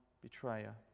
betrayer